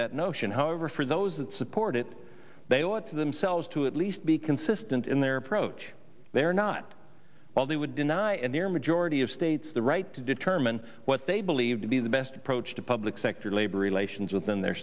notion however for those that support it they owe it to themselves to at least be consistent in their approach they are not all they would deny and their majority of states the right to determine what they believe to be the best approach to public sector labor relations within their